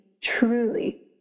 truly